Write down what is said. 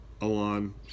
Alon